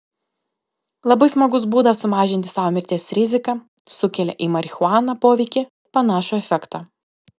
labai smagus būdas sumažinti savo mirties riziką sukelia į marihuaną poveikį panašų efektą